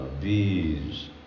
bees